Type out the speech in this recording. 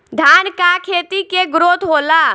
धान का खेती के ग्रोथ होला?